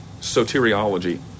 soteriology